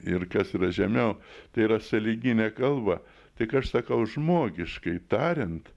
ir kas yra žemiau tai yra sąlyginė kalba tik aš sakau žmogiškai tariant